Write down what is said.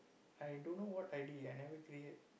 I don't know what I_D I never create